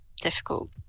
difficult